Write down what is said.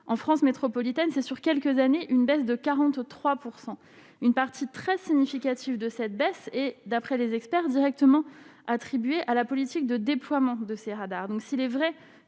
en France métropolitaine, c'est sur quelques années, une baisse de 43 % une partie très significative de cette baisse et d'après les experts directement attribuée à la politique de déploiement de ces radars, donc s'il est vrai